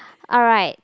alright